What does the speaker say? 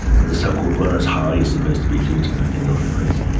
so-called runner's high is supposed to be due to endorphin release.